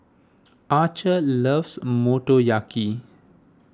Archer loves Motoyaki